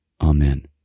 Amen